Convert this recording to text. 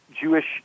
Jewish